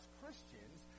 christians